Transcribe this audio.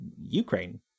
Ukraine